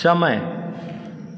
समय